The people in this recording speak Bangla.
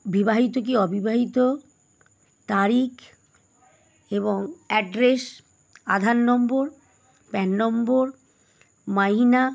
বিবাহিত কি অবিবাহিত তারিখ এবং অ্যাড্রেস আধার নম্বর প্যান নম্বর মাহিনা